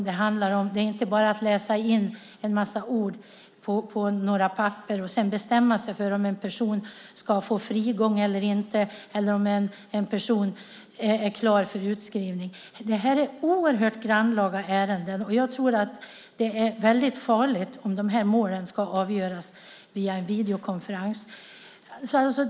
Det handlar inte bara om att läsa in en massa ord på papper och sedan bestämma sig för om en person ska få frigång eller inte eller om en person är klar för utskrivning. Det är oerhört grannlaga ärenden. Jag tror att det vore väldigt farligt om de här målen avgjordes via en videokonferens.